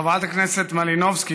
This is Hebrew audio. חבר הכנסת יצחק הרצוג,